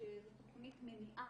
שזו תוכנית מניעה.